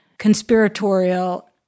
Conspiratorial